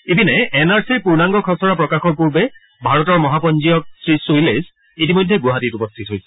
ইপিনে N R চিৰ পূৰ্ণাংগ খছৰা প্ৰকাশৰ পূৰ্বে ভাৰতৰ মহাপঞ্জীয়ক শ্ৰীশৈলেশ ইতিমধ্যে গুৱাহাটীত উপস্থিত হৈছে